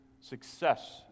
success